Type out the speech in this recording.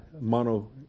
mono